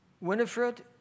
Winifred